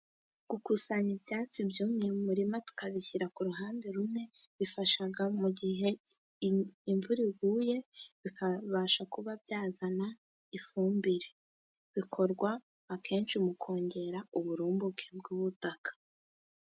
Gukusanya ibyatsi byumye mu murima tukabishyira ku ruhande rumwe, bifashaga mu gihe imvura iguye, bikabasha kuba byazana ifumbire. Bikorwa akenshi mu kongera uburumbuke bw'ubutaka.